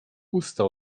usta